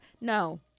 No